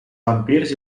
vampirs